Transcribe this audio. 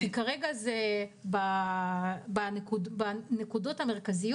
זה אומר שהוא בהכרח יותר מדבק.